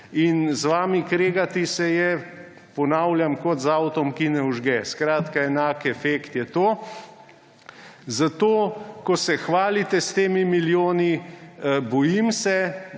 in z vami kregati se je, ponavljam, kot z avtom, ki ne vžge, skratka, enak efekt je to. Zato, ko se hvalite s temi milijoni, se bojim,